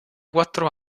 quattro